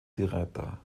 direta